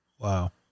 Wow